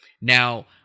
Now